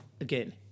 Again